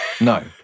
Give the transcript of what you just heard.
No